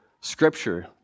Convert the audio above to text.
Scripture